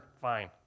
fine